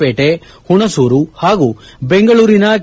ಪೇಟೆ ಹುಣಸೂರು ಹಾಗೂ ಬೆಂಗಳೂರಿನ ಕೆ